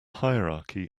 hierarchy